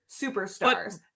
superstars